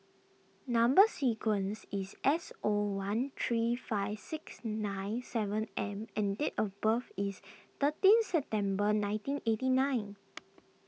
Number Sequence is S O one three five six nine seven M and date of birth is thirteen September nineteen eighty nine